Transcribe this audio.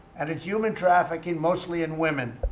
and it's human trafficking mostly in women.